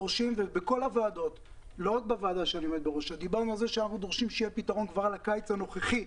ובכל הוועדות דיברנו על זה שאנחנו דורשים שיהיה פתרון כבר בקיץ הנוכחי,